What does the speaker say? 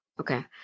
Okay